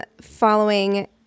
following